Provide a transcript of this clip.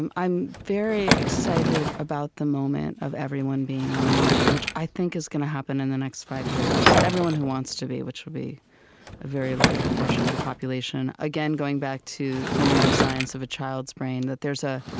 i'm i'm very excited about the moment of everyone being online, which i think is going to happen in the next five years. everyone who wants to be, which will be a very large proportion of the population again, going back to the neuroscience of a child's brain, there's a